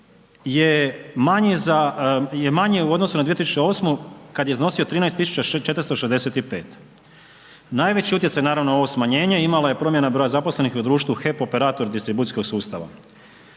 je manji u odnosu na 2008. kada je iznosio 13465. najveći utjecaj, naravno ovo smanjenje, imala je promjena broja zaposlenih u društvu HEP operator distribucijskog sustava.